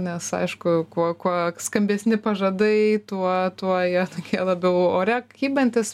nes aišku kuo kuo skambesni pažadai tuo tie jie tokie labiau ore kybantys